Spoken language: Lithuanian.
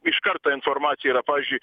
iš karto informacija yra pavyzdžiui